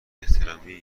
احترامی